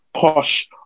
posh